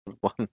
one